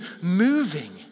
moving